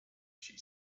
she